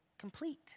complete